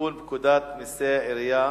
לתיקון פקודת מסי העירייה